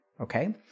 okay